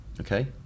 Okay